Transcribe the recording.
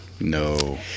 No